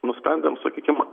nusprendėm sakykim